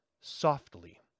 softly